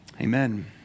Amen